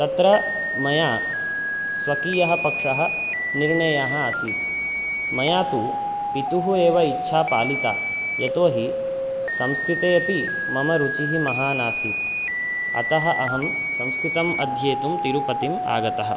तत्र मया स्वकीयः पक्षः निर्णयः आसीत् मया तु पितुः एव इच्छा पालिता यतोहि संस्कृते अपि मम रुचिः महानासीत् अतः अहं संस्कृतम् अध्येतुं तिरुपतिम् आगतः